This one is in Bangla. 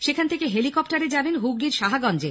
সেখান থেকে হেলিকপ্টারে যাবেন হুগলীর সাহাগঞ্জে